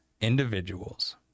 individuals